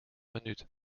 minuut